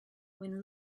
when